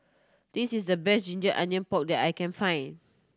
this is the best ginger onion pork that I can find